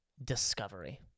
Discovery